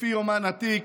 לפי יומן התיק,